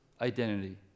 identity